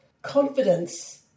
Confidence